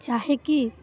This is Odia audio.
ଚାହେକି